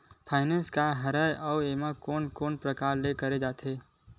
Finance का हरय आऊ कोन कोन प्रकार ले कराये जाथे?